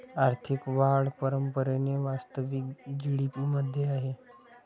आर्थिक वाढ परंपरेने वास्तविक जी.डी.पी मध्ये आहे